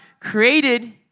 created